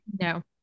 no